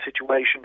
situation